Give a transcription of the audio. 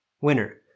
winner